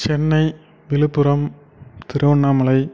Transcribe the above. Chennai Viluppuram Tiruvannamalai